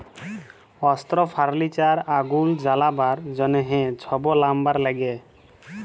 অস্ত্র, ফার্লিচার, আগুল জ্বালাবার জ্যনহ ছব লাম্বার ল্যাগে